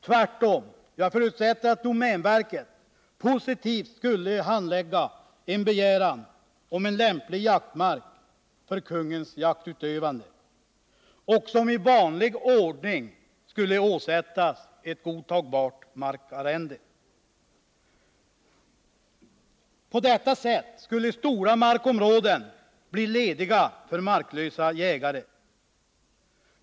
Tvärtom förutsätter jag att domänverket skulle positivt handlägga en begäran om en lämplig jaktmark för kungens jaktutövande och att ett godtagbart arrende i vanlig ordning skulle åsättas marken. På detta sätt skulle stora markområden bli tillgängliga för marklösa jägare.